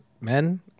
men